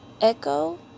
Echo